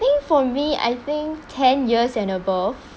think for me I think ten years and above